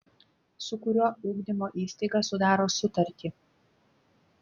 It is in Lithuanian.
su kuriuo ugdymo įstaiga sudaro sutartį